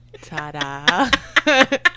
Ta-da